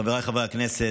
חבריי חברי הכנסת,